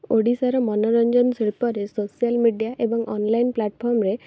ଓଡ଼ିଶାର ମନୋରଞ୍ଜନ ଶିଳ୍ପରେ ସୋସିଆଲ୍ ମିଡ଼ିଆ ଏବଂ ଅନ୍ଲାଇନ୍ ପ୍ଲାଟଫର୍ମରେ